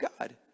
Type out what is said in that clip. God